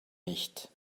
nicht